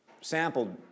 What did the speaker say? sampled